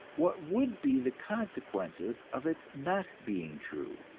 what would be the consequences of its not being true?